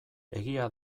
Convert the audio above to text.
egia